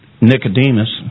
Nicodemus